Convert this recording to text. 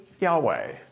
Yahweh